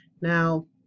Now